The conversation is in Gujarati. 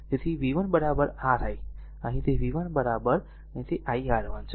તેથી v 1 r i r અહીં તે v 1 અહીં તે iR1 છે